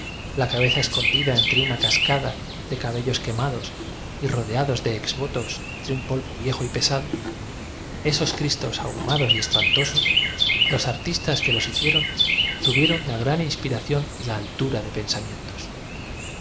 la cabeza escondida entre una cascada de cabellos quemados y rodeados de exvotos entre un polvo viejo y pesado esos cristos ahumados y espantosos los artistas que los hicieron tuvieron la gran inspiración y la altura de pensamientos